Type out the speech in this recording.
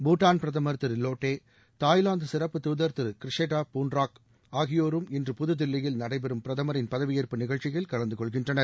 பூடான் பிரதமர் திரு லோட்டே தாய்லாந்து சிறப்ப து ்த ர் தி ரு கிரி ஷெடா பூ ன் ராக் ஆகி யோ ரு ம் இன் று பதுதில் லியில் நடைபெறு ம் பிரதமரின் பதவியேற்ப நிக ழ்ச்சியி ல் கலந்து கொள்கின் றனர்